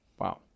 Wow